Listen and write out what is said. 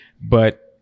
But-